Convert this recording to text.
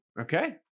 Okay